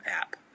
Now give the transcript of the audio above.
app